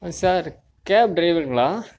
sir cab டிரைவருங்களா